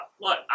look